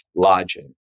lodging